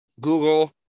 Google